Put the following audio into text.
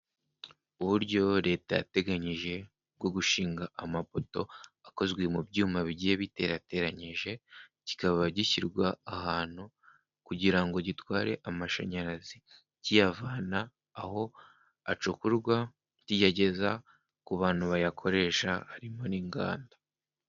Uburyo leta yateganyije bwo gushinga amapoto akozwe mu byuma bigiye biterateranyije, kikaba gishyirwa ahantu kugira ngo gitware amashanyarazi; kiyavana aho acukurwa kiyageza ku bantu bayakoresha, harimo n'inganda.